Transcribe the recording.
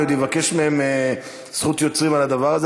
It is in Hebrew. אני עוד אבקש מהם זכות יוצרים על הדבר הזה.